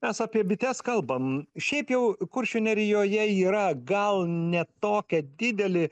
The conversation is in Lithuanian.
mes apie bites kalbam šiaip jau kuršių nerijoje yra gal ne tokia didelė